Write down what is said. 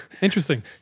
interesting